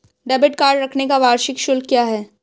Debit card रखने का वार्षिक शुल्क क्या है?